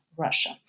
Russia